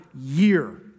year